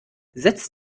setzt